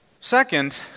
Second